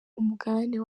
umugabane